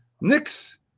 Knicks